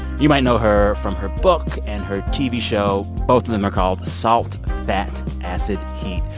you might know her from her book and her tv show. both of them are called salt fat acid heat.